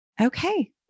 Okay